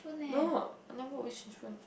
no I never